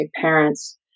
parents